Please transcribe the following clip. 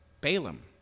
Balaam